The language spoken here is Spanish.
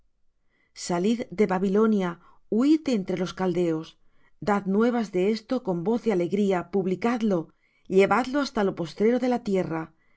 salid de babilonia huid de entre los caldeos dad nuevas de esto con voz de alegría publicadlo llevadlo hasta lo postrero de la tierra decid